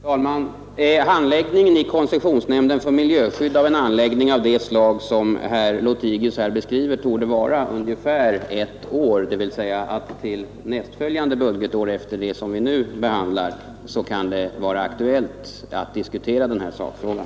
Fru talman! Handläggningen i koncessionsnämnden för miljöskydd av frågan om en anläggning av det slag som herr Lothigius beskriver torde ta ungefär ett år. För budgetåret efter det vi nu behandlar kan det alltså vara aktuellt att diskutera denna sakfråga.